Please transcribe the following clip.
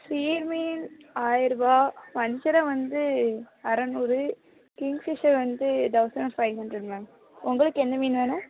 சீ மீன் ஆயிர ரூபா வஞ்சிரம் வந்து அறுநூறு கிங் ஃபிஷ்ஷர் வந்து தௌசண்ட் ஃபைவ் ஹண்ட்ரட் மேம் உங்களுக்கு என்ன மீன் வேணும்